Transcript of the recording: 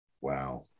Wow